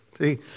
See